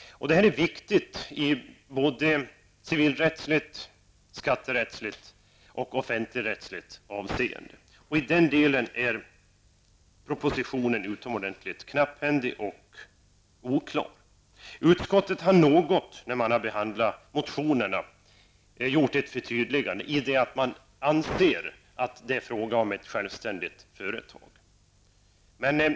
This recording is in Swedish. Detta är viktigt i civilrättsligt, skatterättsligt och offentligrättsligt avseende. I den delen är propositionen mycket knapphändig och oklar. Utskottet har gjort ett litet förtydligande vid behandlingen av motionerna, så till vida att man anser att det är fråga om ett självständigt företag.